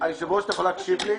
היושב ראש, אתה יכול להקשיב לי?